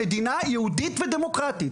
מדינה יהודית ודמוקרטית.